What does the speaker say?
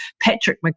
Patrick